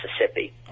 Mississippi